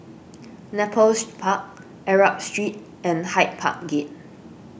Nepal Park Arab Street and Hyde Park Gate